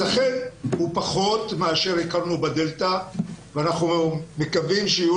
אכן הוא פחות מאשר הכרנו ב-דלתא ואנחנו מקווים שיהיו